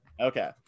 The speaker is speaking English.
okay